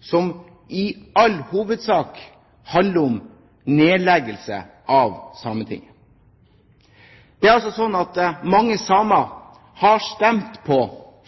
som i all hovedsak handler om nedleggelse av Sametinget. Det er altså slik at mange samer har stemt på